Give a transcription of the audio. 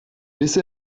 laissé